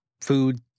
food